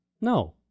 No